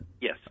Yes